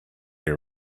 your